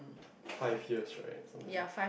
five years right something